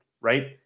Right